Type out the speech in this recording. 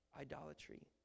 idolatry